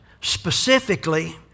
specifically